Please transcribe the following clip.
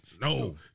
No